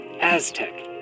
Aztec